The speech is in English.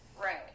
Right